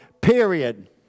period